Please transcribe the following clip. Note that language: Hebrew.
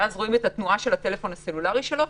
ואז רואים את התנועה של הטלפון הסלולרי שלו.